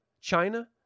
China